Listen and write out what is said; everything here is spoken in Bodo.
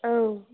औ